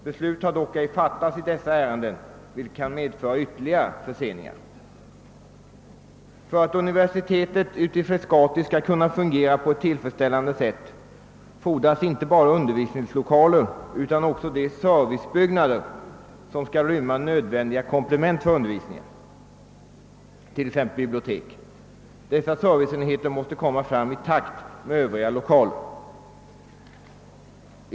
Beslut har dock ej fattats i dessa ärenden, vilket kan medföra ytterligare förseningar. För att universitetet i Frescati skall kunna fungera på ett tillfredsställande sätt fordras inte bara undervisningslokaler utan också de servicebyggnader som skall rymma nödvändiga komplement för undervisningen, t.ex. bibliotek. Dessa serviceenheter måste komma fram i takt med övriga lokaler.